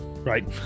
Right